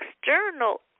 external